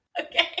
Okay